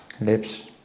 lips